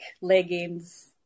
leggings